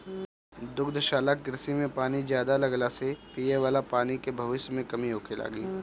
दुग्धशाला कृषि में पानी ज्यादा लगला से पिये वाला पानी के भविष्य में कमी होखे लागि